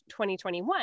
2021